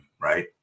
right